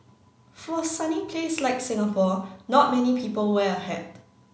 for a sunny place like Singapore not many people wear a hat